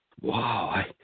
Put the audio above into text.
Wow